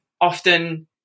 often